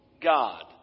God